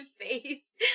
face